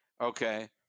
okay